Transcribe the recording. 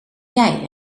jij